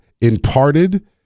imparted